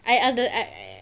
I ada eh